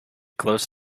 close